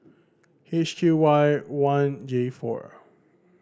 H Q Y one J four